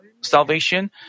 salvation